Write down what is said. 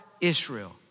Israel